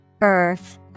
Earth